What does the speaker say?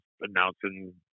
announcing